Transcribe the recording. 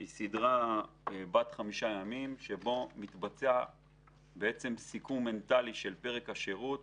זאת סדרה בת 5 ימים בה מתבצע סיכום מנטלי של פרק השירות